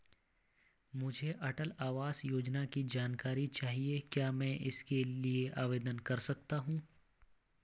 मुझे अटल आवास योजना की जानकारी चाहिए क्या मैं इसके लिए आवेदन कर सकती हूँ?